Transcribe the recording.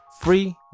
free